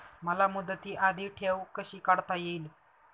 मला मुदती आधी ठेव कशी काढता येईल?